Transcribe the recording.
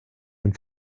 ein